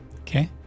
Okay